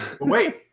Wait